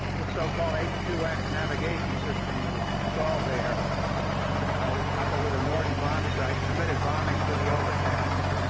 this so-called h two x navigation system that was installed there was coupled with a norden bombsight permitted bombing through the overcast.